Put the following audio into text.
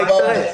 מה יקרה?